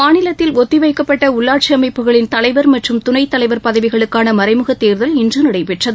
மாநிலத்தில் ஒத்திவைக்கப்பட்ட உள்ளாட்சி அமைப்புகளின் தலைவர் மற்றும் துணை தலைவர் பதவிகளுக்கான மறைமுகத் தேர்தல் இன்று நடைபெற்றது